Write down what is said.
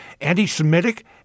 anti-Semitic